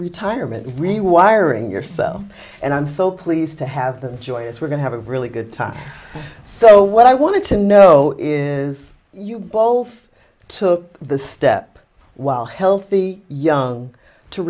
retirement rewiring yourself and i'm so pleased to have them joyous we're going have a really good time so what i want to know is you both took the step while healthy young to